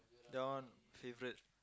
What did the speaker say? that one favorite